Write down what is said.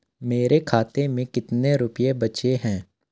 मेरे खाते में कितने रुपये बचे हैं?